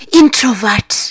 introvert